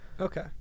Okay